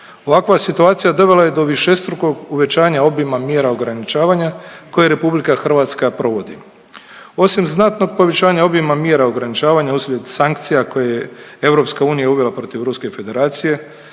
Ovakva situacija dovela je do višestrukog uvećanja obima mjera ograničavanja koje RH provodi. Osim znatnog povećanja obima mjera ograničavanja uslijed sankcija koje je Europska